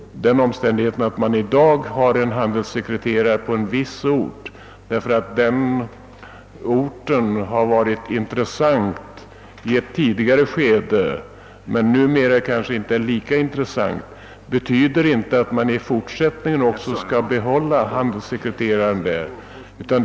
Den omständigheten att vi i dag har en handelssekreterare på en viss ort, som har varit intressant i ett tidigare skede men som numera kanske inte är lika intressant, betyder inte att vi i fortsättningen också skall behålla handelssekreteraren där.